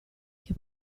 che